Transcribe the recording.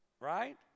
right